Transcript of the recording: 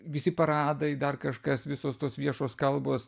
visi paradai dar kažkas visos tos viešos kalbos